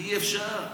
אי-אפשר.